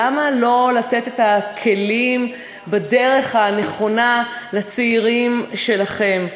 למה לא לתת את הכלים בדרך הנכונה לצעירים שלכם?